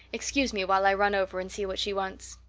excuse me while i run over and see what she wants.